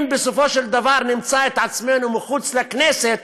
אם בסופו של דבר נמצא את עצמנו מחוץ לכנסת,